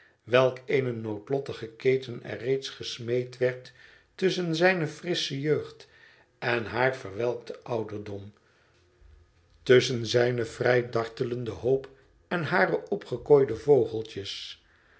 welk eene noodlottige keten er reeds gesmeed werd tusschen zijne frissche jeugd en haar verwelkten ouderdom tusschen zijne vrij dartelende hoop en hare opgekooide vogeltjes